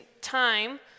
time